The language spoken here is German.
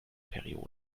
perioden